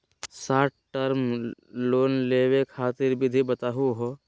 Short term loan लेवे खातीर विधि बताहु हो?